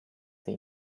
they